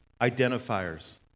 identifiers